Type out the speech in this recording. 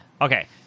Okay